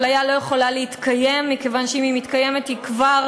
הפליה לא יכולה להתקיים מכיוון שאם היא מתקיימת היא כבר